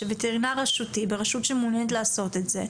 שווטרינר רשותי ברשות שמעוניינת לעשות את זה,